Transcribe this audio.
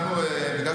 מה שקורה פה,